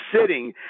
sitting